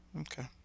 okay